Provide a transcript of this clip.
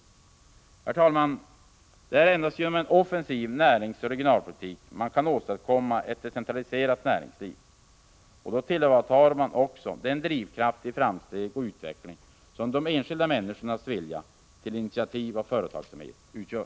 Herr talman! Det är endast genom en offensiv näringsoch regionalpolitik man kan åstadkomma ett decentraliserat näringsliv. Då tillvaratar man också den drivkraft till framsteg och utveckling som de enskilda människornas vilja till initiativ och företagsamhet utgör.